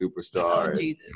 superstar